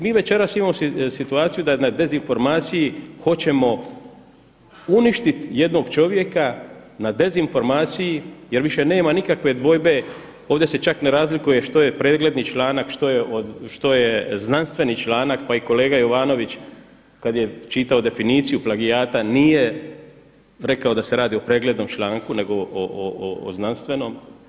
Mi večeras imamo situaciju da na dezinformaciji hoćemo uništiti jednog čovjeka, na dezinformaciji jer više nema nikakve dvojbe, ovdje se čak ne razlikuje što je pregledni članak, što je znanstveni članak, pa i kolega Jovanović kad je čitao definiciju plagijata nije rekao da se radi o preglednom članku nego o znanstvenom.